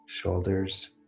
shoulders